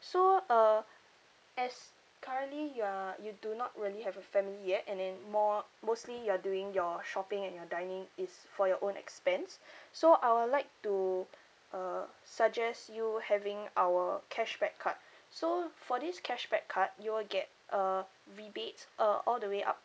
so uh as currently you are you do not really have a family yet and then more mostly you're doing your shopping and your dining is for your own expense so I would like to uh suggest you having our cashback card so for this cashback card you will get uh rebates uh all the way up